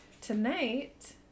tonight